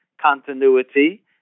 continuity